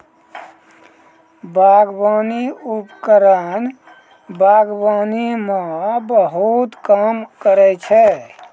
बागबानी उपकरण बागबानी म बहुत काम करै छै?